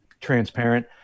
transparent